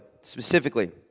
specifically